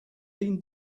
been